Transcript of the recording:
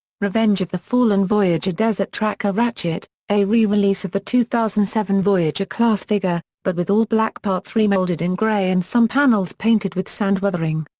revenge of the fallen voyager desert tracker ratchet a re-release of the two thousand and seven voyager class figure, but with all black parts remolded in gray and some panels painted with sand weathering.